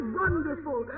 wonderful